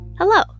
Hello